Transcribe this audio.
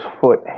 foot